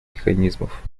механизмов